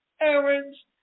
errands